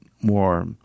more